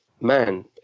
man